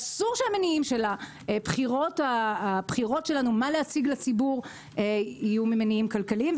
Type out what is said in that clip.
אסור שהמניעים של הבחירות שלנו מה להציג לציבור יהיו רק מניעים כלכליים.